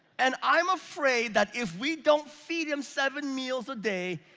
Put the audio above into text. and i'm afraid that if we don't feed him seven meals a day,